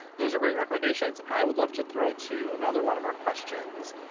those are great recommendations. i would love to throw to another one of our questions.